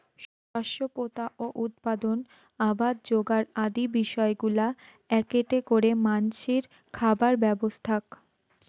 শস্য পোতা ও উৎপাদন, আবাদ যোগার আদি বিষয়গুলা এ্যাকেটে করে মানষির খাবার ব্যবস্থাক